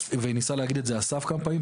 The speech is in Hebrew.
וניסה להגיד את זה אסף כמה פעמים,